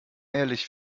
ehrlich